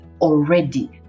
already